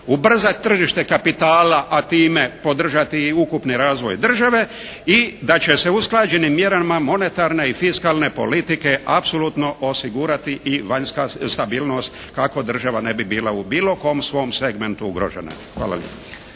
ubrzati tržište kapitala, a time podržati i ukupni razvoj države i da će se usklađenim mjerama monetarne i fiskalne politike apsolutno osigurati i vanjska stabilnost kako država ne bi bila u bilo kom svom segmentu ugrožena. Hvala lijepa.